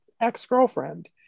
ex-girlfriend